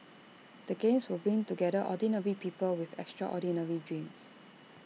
the games will bring together ordinary people with extraordinary dreams